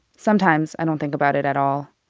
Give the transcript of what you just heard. sometimes i don't think about it at all.